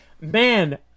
man